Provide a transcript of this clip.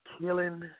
killing